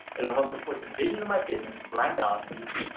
it will help support the vision of my business, brandalaxy.